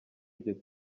iryo